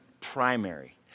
primary